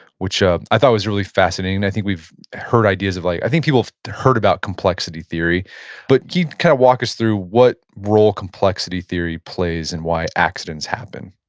which ah i thought was really fascinating and i think we've heard ideas, of, like i think people heard about complexity theory but can you kind of walk us through what role complexity theory plays and why accidents happen